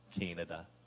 Canada